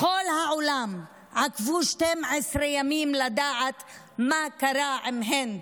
בכל כל העולם עקבו 12 ימים כדי לדעת מה קרה עם הינד,